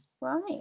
right